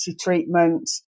treatment